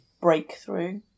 breakthrough